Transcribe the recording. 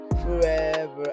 forever